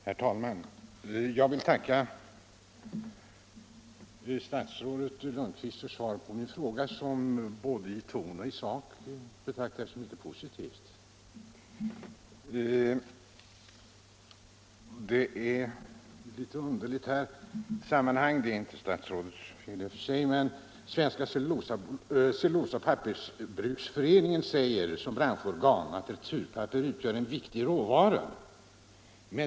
Herr talman! Jag vill tacka statsrådet Lundkvist för svaret på min fråga, ett svar som både i ton och sak var mycket positivt. Det är i det här sammanhanget litet underligt — det är i och för sig inte statsrådets fel — att Svenska cellulosaoch pappersbruksföreningen som branschorgan säger att returpapper utgör en viktig råvara.